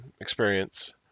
experience